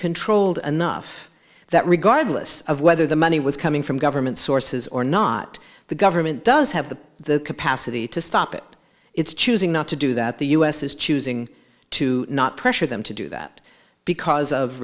controlled enough that regardless of whether the money was coming from government sources or not the government does have the capacity to stop it it's choosing not to do that the u s is choosing to not pressure them to do that because of